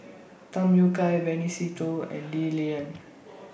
Tham Yui Kai Benny Se Teo and Lee Lian